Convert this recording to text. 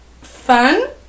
fun